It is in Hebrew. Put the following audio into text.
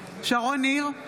שרון ניר,